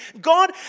god